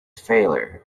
failure